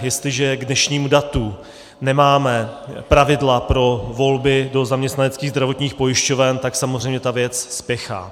Jestliže k dnešnímu datu nemáme pravidla pro volby do zaměstnaneckých zdravotních pojišťoven, tak samozřejmě ta věc spěchá.